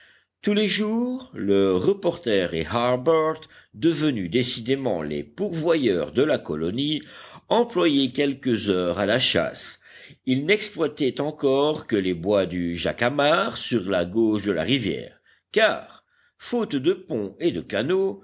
tous les jours le reporter et harbert devenus décidément les pourvoyeurs de la colonie employaient quelques heures à la chasse ils n'exploitaient encore que les bois du jacamar sur la gauche de la rivière car faute de pont et de canot